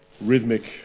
rhythmic